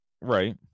Right